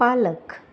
पालक